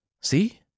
See